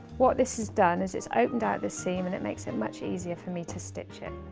what this has done is it's opened out the seam and it makes it much easier for me to stitch it.